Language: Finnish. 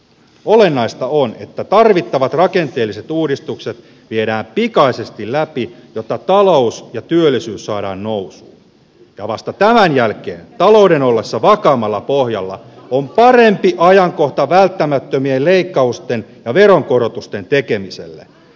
olennaista on että tarvittavat rakenteelliset uudistukset viedään pikaisesti läpi jotta talous ja työllisyys saadaan nousuun ja vasta tämän jälkeen talouden ollessa vakaammalla pohjalla on parempi ajankohta välttämättömien leikkausten ja veronkorotusten tekemiselle